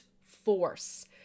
force